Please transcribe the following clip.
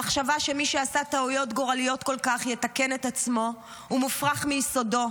המחשבה שמי שעשה טעויות גורליות כל כך יתקן את עצמו הוא מופרך מיסודו.